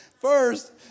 first